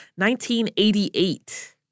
1988